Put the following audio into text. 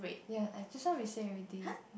ya I just now we said already